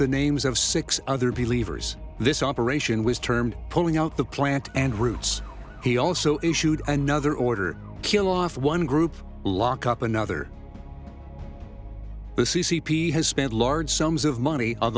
the names of six other p leavers this operation was termed pulling out the plant and roots he also issued another order kill off one group lock up another the c c p has spent large sums of money on